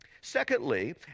Secondly